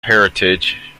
heritage